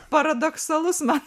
paradoksalus man